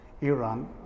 Iran